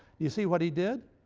you see what he did?